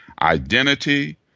identity